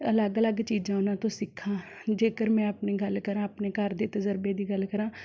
ਅਲੱਗ ਅਲੱਗ ਚੀਜ਼ਾਂ ਉਹਨਾਂ ਤੋਂ ਸਿੱਖਾਂ ਜੇਕਰ ਮੈਂ ਆਪਣੀ ਗੱਲ ਕਰਾਂ ਆਪਣੇ ਘਰ ਦੇ ਤਜਰਬੇ ਦੀ ਗੱਲ ਕਰਾਂ